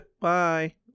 Bye